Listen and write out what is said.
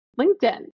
LinkedIn